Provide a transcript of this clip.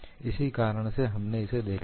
इसी कारण से हमने इसे देखा है